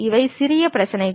இவை சிறிய பிரச்சினைகள்